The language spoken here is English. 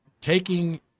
taking